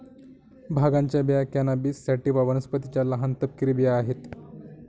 भांगाच्या बिया cannabis sativa वनस्पतीच्या लहान, तपकिरी बिया आहेत